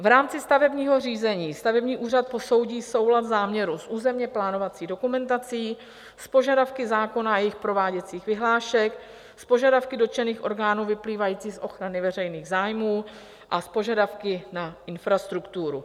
V rámci stavebního řízení stavební úřad posoudí soulad záměru s územně plánovací dokumentací, s požadavky zákona a jejich prováděcích vyhlášek, s požadavky dotčených orgánů vyplývajících z ochrany veřejných zájmů a s požadavky na infrastrukturu.